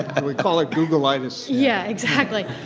and we call it google-itess. yeah, exactly.